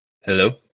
Hello